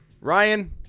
Ryan